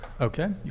okay